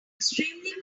extremely